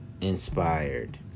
inspired